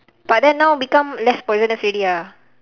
but then now become less poisonous already ah